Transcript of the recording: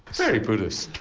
very buddhist.